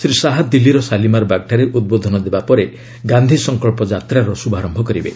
ଶ୍ରୀ ଶାହା ଦିଲ୍ଲୀର ଶାଲିମାର୍ବାଗ୍ଠାରେ ଉଦ୍ବୋଧନ ଦେବା ପରେ ଗାନ୍ଧି ସଙ୍କଳ୍ପ ଯାତ୍ରାର ଶ୍ରଭାରମ୍ଭ କରିବେ